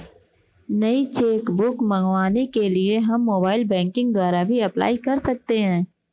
नई cheque book मंगवाने के लिए हम मोबाइल बैंकिंग द्वारा भी अप्लाई कर सकते है